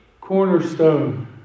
cornerstone